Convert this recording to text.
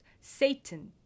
Satan